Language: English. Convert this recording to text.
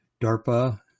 DARPA